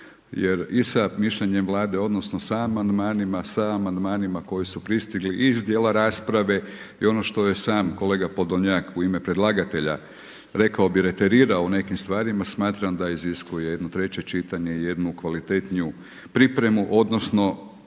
jer i sa mišljenjem Vlade odnosno sa amandmanima, sa amandmanima koji su pristigli i iz dijela rasprave i ono što je sam kolega POdolnjak u ime predlagatelja rekao bi reterirao u nekim stvarima, smatram da iziskuje jedno treće čitanje i jednu kvalitetniju pripremu odnosno